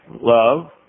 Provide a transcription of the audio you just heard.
love